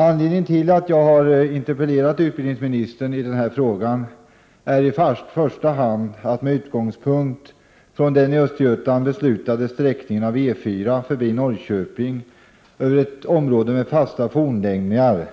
Anledningen till att jag interpellerat utbildningsministern i denna fråga är i första hand att jag, med utgångspunkt från den i Östergötland beslutade sträckningen av E 4 förbi Norrköping över ett område med fasta fornlämningar, velat